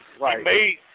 Right